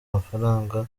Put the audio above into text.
amafaranga